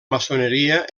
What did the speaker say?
maçoneria